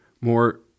more